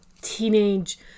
teenage